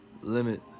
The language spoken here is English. limit